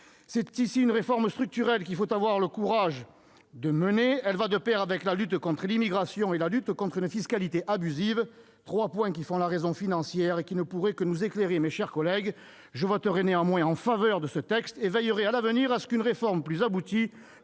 C'est ici une réforme structurelle qu'il faut avoir le courage de mener : elle va de pair avec la lutte contre l'immigration et la lutte contre une fiscalité abusive. Ce sont là trois points qui font la raison financière et qui ne pourraient que nous éclairer, mes chers collègues. Je voterai néanmoins ce texte et je veillerai à ce que, à l'avenir, une réforme plus aboutie